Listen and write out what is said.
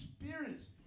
experience